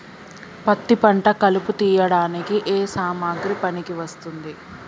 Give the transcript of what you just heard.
పత్తి పంట కలుపు తీయడానికి ఏ సామాగ్రి పనికి వస్తుంది?